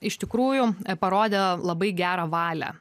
iš tikrųjų parodė labai gerą valią